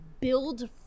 build